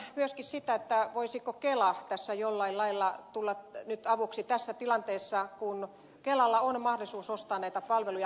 odotan myöskin sitä voisiko kela jollain lailla tulla nyt avuksi tässä tilanteessa kun kelalla on mahdollisuus ostaa näitä palveluja